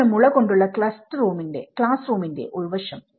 ഇതാണ് മുള കൊണ്ടുള്ള ക്ലാസ്സ്റൂമിന്റെ ഉൾവശം